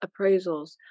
appraisals